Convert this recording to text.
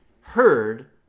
heard